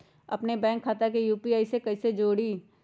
अपना बैंक खाता के यू.पी.आई से कईसे जोड़ी?